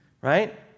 Right